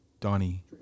Donnie